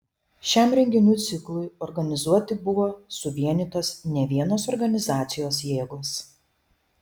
šiam renginių ciklui organizuoti buvo suvienytos nevienos organizacijos jėgos